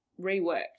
reworked